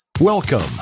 Welcome